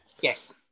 yes